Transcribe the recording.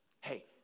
Hey